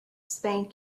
spank